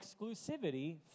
exclusivity